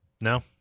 no